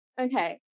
okay